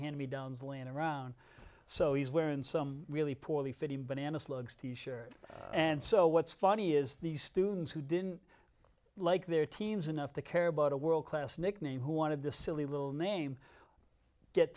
hand me downs laying around so he's wearing some really poorly fitting banana slugs t shirt and so what's funny is these students who didn't like their teams enough to care about a world class nickname who wanted the silly little name get